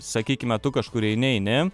sakykime tu kažkur eini eini